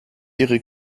ihre